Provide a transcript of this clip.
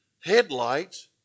headlights